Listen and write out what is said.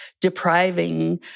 depriving